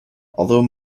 although